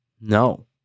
No